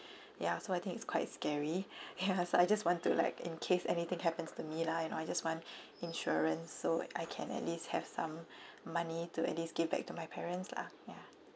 ya so I think it's quite scary ya so I just want to like in case anything happens to me lah you know I just want insurance so I can at least have some money to at least give back to my parents lah ya